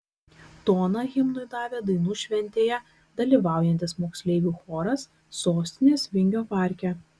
toną himnui davė dainų šventėje dalyvaujantis moksleivių choras sostinės vingio parke